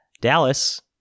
Dallas